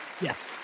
yes